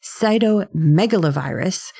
cytomegalovirus